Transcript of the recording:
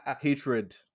hatred